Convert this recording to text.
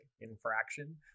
infraction